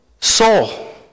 soul